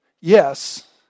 yes